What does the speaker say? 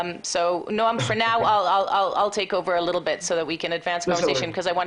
כי אני רוצה לשמוע את ג'ורג'.